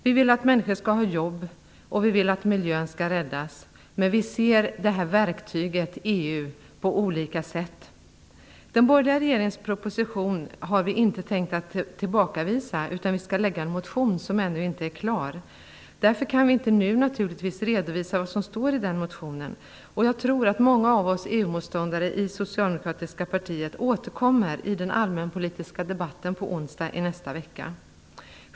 Vi vill att människor skall ha jobb, och vi vill att miljön skall räddas, men vi ser verktyget EU på olika sätt. Den borgerliga regeringens proposition har vi inte tänkt tillbakavisa, utan vi skall väcka en motion. Den är ännu inte klar. Därför kan vi naturligtvis inte nu redovisa vad som står i den. Jag tror att många av oss EU-motståndare i det socialdemokratiska partiet kommer att återkomma i den allmänpolitiska debatten på onsdag i nästa vecka.